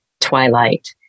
twilight